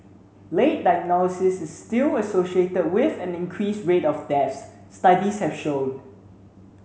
late diagnosis is still associated with an increased rate of deaths studies have shown